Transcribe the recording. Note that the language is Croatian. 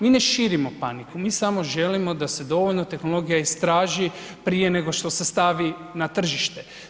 Mi ne širimo paniku, lmi samo želimo da se dovoljno tehnologija istraži prije nego što se stavi na tržište.